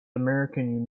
american